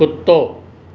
कुतो